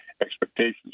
expectations